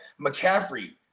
mccaffrey